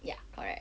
ya correct